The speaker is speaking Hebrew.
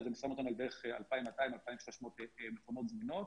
אז זה שם אותנו בערך על 2,200 ,2,300 מכונות זמינות.